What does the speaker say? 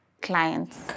clients